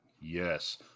Yes